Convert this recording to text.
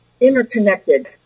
interconnected